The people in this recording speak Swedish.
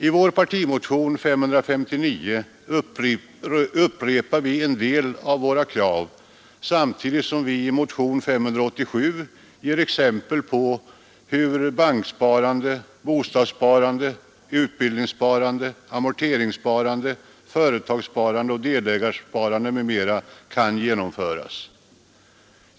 I vår partimotion 559 upprepar vi en del av våra krav samtidigt som vi i motionen 587 ger exempel på hur banksparande, <bostadssparande, utbildningssparande, amorteringssparande, företagssparande, delägarsparande m.m. kan genomföras.